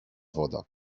woda